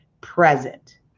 present